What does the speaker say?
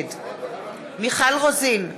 נגד מיכל רוזין,